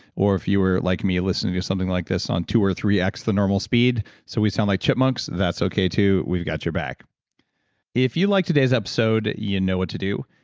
or if you were like me listening to something like this on two or three x the normal speed, so we sound like chipmunks, that's okay too, we've got your back if you liked today's episode, you know what to do.